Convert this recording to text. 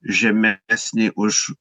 žemesnė už